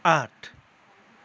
आठ